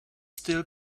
still